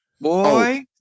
Boy